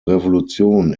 revolution